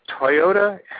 Toyota